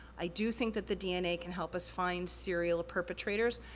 i do think that the dna can help us find serial perpetrators,